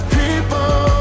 people